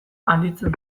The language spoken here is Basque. handitzen